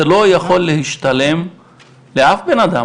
זה לא יכול להשתלם לאף בנאדם,